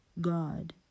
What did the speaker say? God